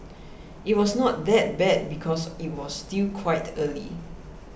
it was not that bad because it was still quite early